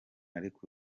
ariko